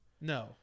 No